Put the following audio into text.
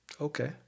Okay